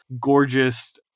gorgeous